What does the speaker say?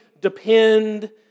depend